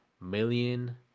million